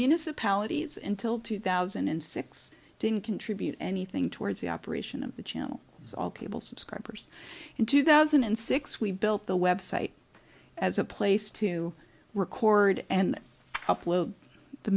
municipalities in till two thousand and six didn't contribute anything towards the operation of the channel as all cable subscribers in two thousand and six we built the website as a place to record and